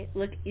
look